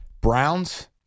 Browns